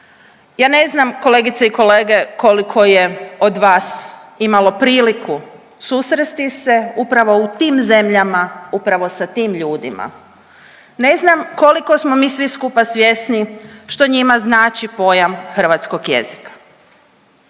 Ja ne znam kolegice i kolege koliko je od vas imalo priliku susresti se upravo u tim zemljama, upravo sa tim ljudima, ne znam koliko smo mi svi skupa svjesni što njima znači pojam hrvatskog jezika